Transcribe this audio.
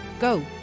go